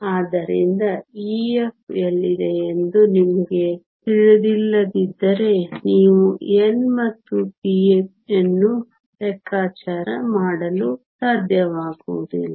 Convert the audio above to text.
ಆದ್ದರಿಂದ E F ಎಲ್ಲಿದೆ ಎಂದು ನಿಮಗೆ ತಿಳಿದಿಲ್ಲದಿದ್ದರೆ ನೀವು n ಮತ್ತು p ಅನ್ನು ಲೆಕ್ಕಾಚಾರ ಮಾಡಲು ಸಾಧ್ಯವಾಗುವುದಿಲ್ಲ